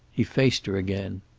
he faced her again.